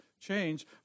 change